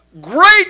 great